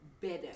better